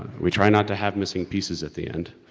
we try not to have missing pieces at the end.